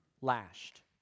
lashed